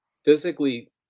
physically